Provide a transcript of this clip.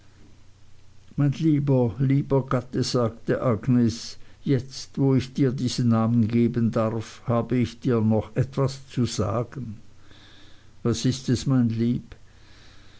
mein lieber lieber gatte sagte agnes jetzt wo ich dir diesen namen geben darf habe ich dir noch etwas zu sagen was ist es mein lieb